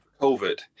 COVID